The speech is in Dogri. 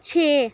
छे